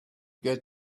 get